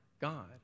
God